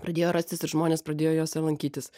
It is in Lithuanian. pradėjo rastis ir žmonės pradėjo jose lankytis